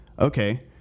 okay